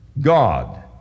God